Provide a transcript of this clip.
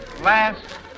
last